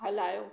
हलायो